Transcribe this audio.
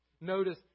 Notice